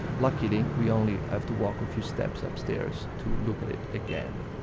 luckily, we only have to walk a few steps upstairs to look at it again.